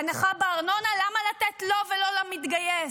הנחה בארנונה, למה לתת לו ולא למתגייס?